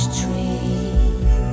tree